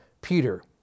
Peter